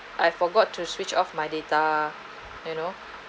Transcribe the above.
I forgot to switch off my data you know